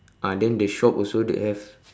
ah then the shop also they have